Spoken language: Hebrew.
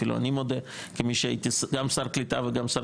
אפילו אני מודה שהיה גם שר קליטה וגם שר